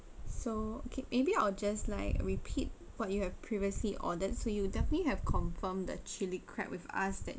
so okay maybe I'll just like repeat what you have previously ordered so you definitely have confirmed the chilli crab with us that